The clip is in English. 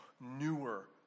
newer